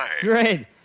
Great